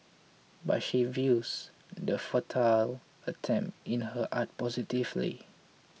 but she views the futile attempt in her art positively